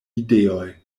ideoj